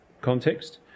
context